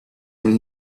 made